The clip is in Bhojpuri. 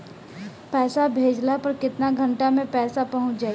पैसा भेजला पर केतना घंटा मे पैसा चहुंप जाई?